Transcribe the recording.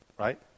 Right